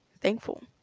Thankful